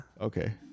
Okay